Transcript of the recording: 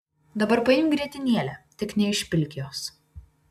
dabar paimk grietinėlę tik neišpilk jos